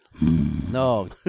No